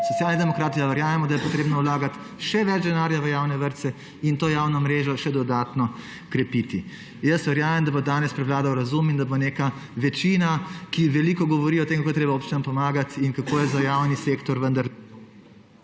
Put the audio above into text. Socialni demokrati pa verjamemo, da je treba vlagati še več denarja v javne vrtce in to javno mrežo še dodatno krepiti. Verjamem, da bo danes prevladal razum in da bo neka večina, ki veliko govori o tem, kako je treba občinam pomagati in kako je za javni sektor, vendar